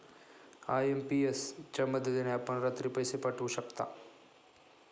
IMPS च्या मदतीने आपण रात्री पैसे पाठवू शकता